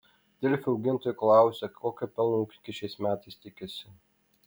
delfi augintojų klausia kokio pelno ūkininkai šiais metais tikisi